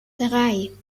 drei